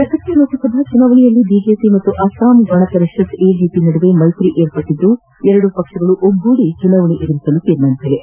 ಪ್ರಸಕ್ತ ಲೋಕಸಭಾ ಚುನಾವಣೆಯಲ್ಲಿ ಬಿಜೆಪಿ ಮತ್ತು ಅಸ್ಸಾಂ ಗಣಪರಿಷತ್ ಎಜಿಪಿ ನದುವೆ ಮೈತ್ರಿ ಏರ್ಪಟ್ಟಿದ್ದು ಎರಡೂ ಪಕ್ಷಗಳು ಒಗ್ಗೂಡಿ ಚುನಾವಣೆ ಎದುರಿಸಲು ನಿರ್ಧರಿಸಿವೆ